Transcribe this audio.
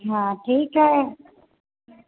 हा ठीकु आहे